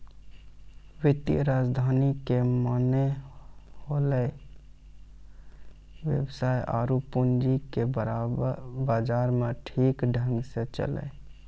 वित्तीय राजधानी के माने होलै वेवसाय आरु पूंजी के बाजार मे ठीक ढंग से चलैय